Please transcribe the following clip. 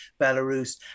Belarus